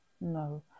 No